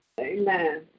Amen